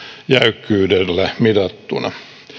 jäykkyydellä mitattuna